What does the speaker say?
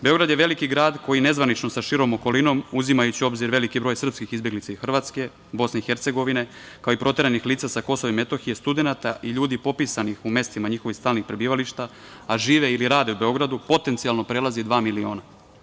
Beograd je veliki grad koji nezvanično sa širom okolinom, uzimajući u obzir veliki broj srpskih izbeglica iz Hrvatske, BiH, kao i proteranih lica sa KiM, studenata i ljudi popisanih u mestima njihovih stalnih prebivališta, a žive ili rade u Beogradu, potencijalno prelazi dva miliona.